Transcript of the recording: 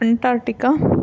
Antarctica